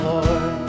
Lord